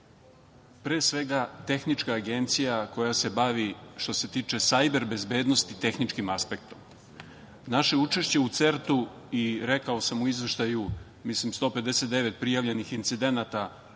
pre svega tehnička agencija koja se bavi, što se tiče sajber bezbednosti, tehničkim aspektom. Naše učešće u CERT-u i rekao sam u izveštaju, mislim 159 prijavljenih incidenata